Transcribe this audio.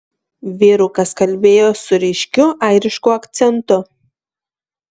vyrukas kalbėjo su ryškiu airišku akcentu